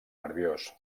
nerviós